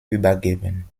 übergeben